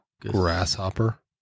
Grasshopper